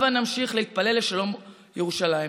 הבה נמשיך להתפלל לשלום ירושלים.